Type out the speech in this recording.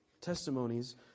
Testimonies